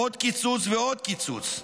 עוד קיצוץ ועוד קיצוץ.